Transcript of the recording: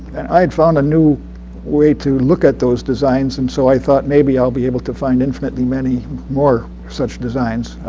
and i had found a new way to look at those designs, and so i thought maybe i'll be able to find infinitely many more such designs.